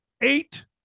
eight